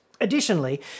Additionally